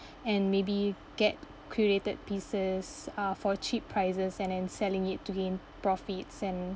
and maybe get curated pieces uh for cheap prices and and selling it to gain profits and